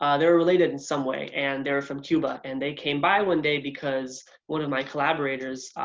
ah they were related in some way and they were from cuba. and they came by one day because one of my collaborators,